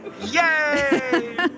Yay